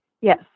Yes